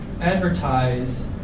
advertise